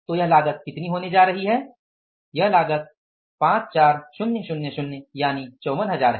तो यह लागत कितनी होने जा रही है यह लागत 54000 है